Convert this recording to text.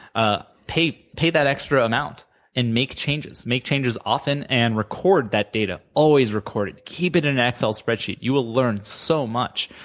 ah pay pay that extra amount and make changes. make changes often, and record that data. always record it. keep it in an excel spreadsheet. you will learn so much,